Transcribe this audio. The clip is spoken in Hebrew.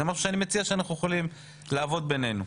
זה משהו שאנחנו יכולים לעבוד בינינו.